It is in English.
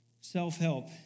self-help